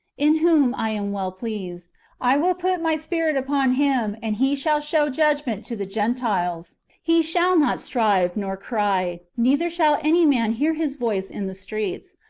in whom i am well pleased i will put my spirit upon him, and he shall show judgment to the gentiles. he shall not strive, nor cry neither shall any man hear his voice in the streets.